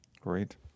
Great